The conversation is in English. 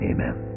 Amen